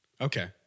Okay